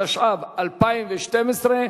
התשע"ב 2012,